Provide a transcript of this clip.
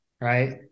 Right